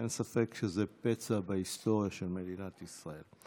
אין ספק שזה פצע בהיסטוריה של מדינת ישראל.